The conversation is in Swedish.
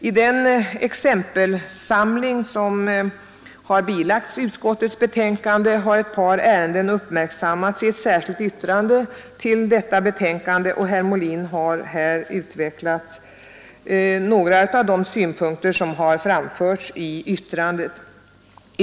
I den exempelsamling som bilagts utskottets betänkande har ett par ärenden uppmärksammats i ett särskilt yttrande till detta betänkande, och herr Molin har här utvecklat några av de synpunkter som framförts i yttrandet.